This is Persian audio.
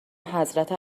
حضرت